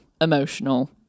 emotional